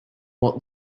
what